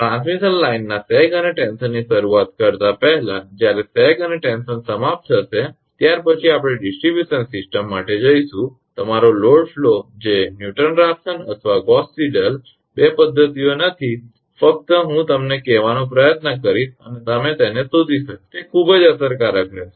transmission લાઇનના sag અને tension ની શરૂઆત કરતા પહેલા જ્યારે સેગ અને ટેન્શન સમાપ્ત થશે ત્યાર પછી આપણે ડીસ્ટીબ્યુશન સિસ્ટમ માટે જઈશું તમારો લોડ ફ્લો જે ન્યૂટન રેફસન અથવા ગૌસ સીડેલ બે પદ્ધતિઓ નથી ફક્ત હું તમને કહેવાનો પ્રયત્ન કરીશ અને તમે તેને શોધી શકશો તે ખૂબ જ અસરકારક રહેશે